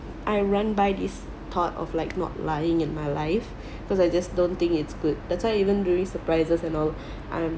I run by this thought of like not lying in my life because I just don't think it's good that's why even during surprises and all I'm